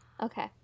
okay